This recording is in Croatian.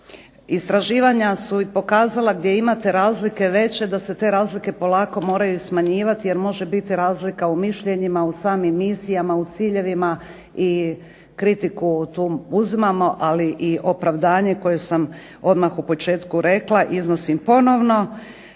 Istraživanja su i pokazala gdje imate razlike veće da se te razlike polako moraju smanjivati jer može biti razlika u mišljenjima, u samim misijama, u ciljevima i kritiku tu uzimamo ali i opravdanje koje sam odmah u početku rekla iznosim ponovno.